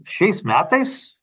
šiais metais